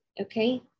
okay